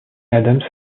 adams